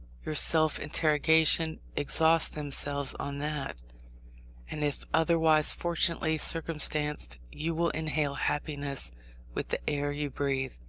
your self-interrogation, exhaust themselves on that and if otherwise fortunately circumstanced you will inhale happiness with the air you breathe,